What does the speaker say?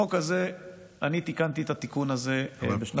בחוק הזה אני תיקנתי את התיקון הזה בשנת,